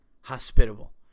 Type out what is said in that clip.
hospitable